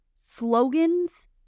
slogans